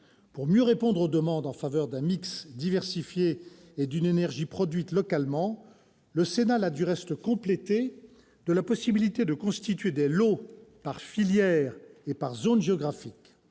Pour mieux répondre aux demandes en faveur d'un mix diversifié et d'une énergie produite localement, le Sénat l'a complété de la possibilité de constituer des lots par filière et par zone géographique.